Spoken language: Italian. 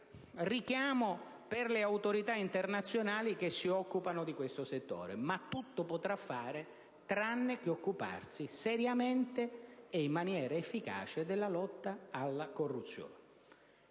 richiamo per le autorità internazionali che si occupano di questo settore. Potrà fare tutto, tranne che occuparsi seriamente e in maniera efficace della lotta alla corruzione.